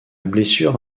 blessure